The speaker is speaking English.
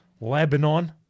Lebanon